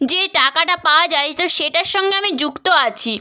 যে টাকাটা পাওয়া যায় তো সেটার সঙ্গে আমি যুক্ত আছি